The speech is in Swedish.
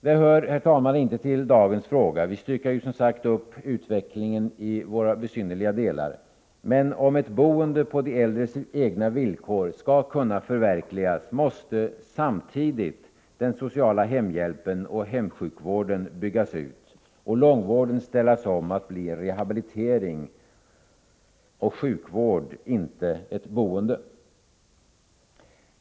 Det hör, herr talman, inte till dagens fråga — vi styckar ju som sagt upp utvecklingen i våra besynnerliga delar — men om ett boende på de äldres egna villkor skall kunna förverkligas, måste samtidigt den sociala hemhjälpen och hemsjukvården byggas ut och långvården ställas om till att bli rehabilitering och sjukvård, inte ett boende.